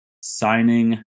signing